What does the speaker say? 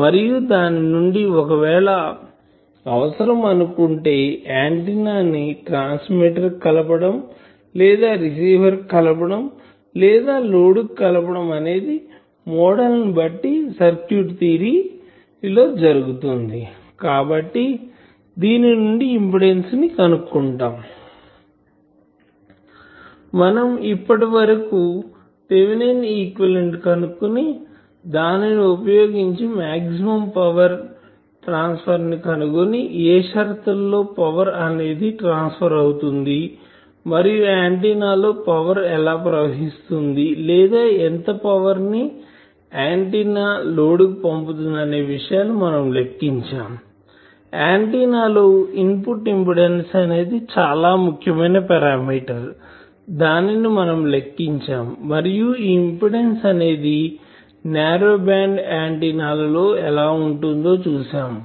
మరియు దాని నుండి ఒకవేళ అవసరం అనుకుంటే ఆంటిన్నా ను ట్రాన్స్మిటర్ కి కలపడం లేదా రిసీవర్ కి కలపడం లేదా లోడ్ కి కలపడం అనేది మోడల్ బట్టి సర్క్యూట్ థియరీ లో జరుగుతుంది కాబట్టి దీని నుండి ఇంపిడెన్సు ని కనుక్కుంటాము మనం ఇప్పటివరకు థేవినిన్ ఈక్వివలెంట్ ని కనుక్కుని దానిని ఉపయోగించి మాక్సిమం పవర్ ట్రాన్స్ఫర్ ని కనుగొని ఏ షరతు లలో పవర్ అనేది ట్రాన్స్ఫర్ అవుతుంది మరియు ఆంటిన్నా లో పవర్ ఎలా ప్రవహిస్తుంది లేదా ఎంత పవర్ ని ఆంటిన్నా లోడ్ కి పంపుతుంది అనే విషయాలను మనం లెక్కించాము ఆంటిన్నా లో ఇన్పుట్ ఇంపిడెన్సు అనేది చాలా ముఖ్యమైన పారామీటర్ దానిని మనం లెక్కించాము మరియు ఈ ఇంపిడెన్సు అనేది నారో బ్యాండ్ ఆంటిన్నా ల లో ఎలా ఉంటుందో చూసాము